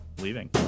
leaving